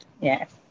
yes